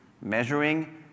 measuring